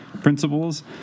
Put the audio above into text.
principles